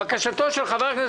בקשה מס' 41-012 אושרה.